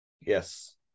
Yes